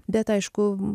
bet aišku